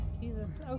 Jesus